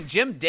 Jim